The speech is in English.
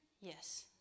Yes